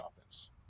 offense